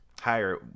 higher